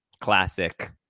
classic